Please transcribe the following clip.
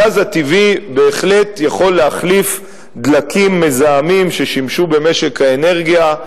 הגז הטבעי בהחלט יכול להחליף דלקים מזהמים ששימשו במשק האנרגיה,